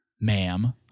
ma'am